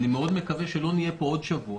אני מקווה מאוד שלא נהיה פה בעוד שבוע,